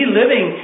living